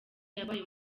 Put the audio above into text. yabaye